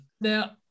Now